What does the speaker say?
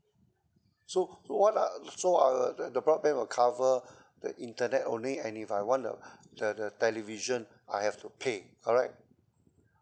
so what are so uh the the broadband will cover the internet only and if I want a the the television I have to pay correct